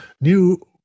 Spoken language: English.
new